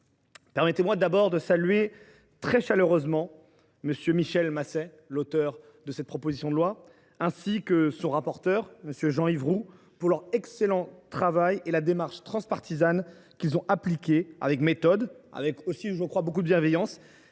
Permettez moi de saluer très chaleureusement M. Michel Masset, auteur de ce texte, ainsi que le rapporteur, M. Jean Yves Roux, pour leur excellent travail et la démarche transpartisane qu’ils ont appliquée avec méthode et beaucoup de bienveillance.